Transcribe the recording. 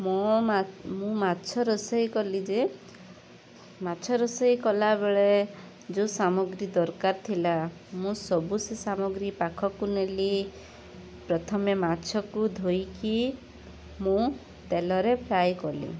ମୋ ମା ମୁଁ ମାଛ ରୋଷେଇ କଲି ଯେ ମାଛ ରୋଷେଇ କଲାବେଳେ ଯେଉଁ ସାମଗ୍ରୀ ଦରକାର ଥିଲା ମୁଁ ସବୁ ସେ ସାମଗ୍ରୀ ପାଖକୁ ନେଲି ପ୍ରଥମେ ମାଛକୁ ଧୋଇକି ମୁଁ ତେଲରେ ଫ୍ରାଏ କଲି